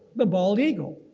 the bald eagle.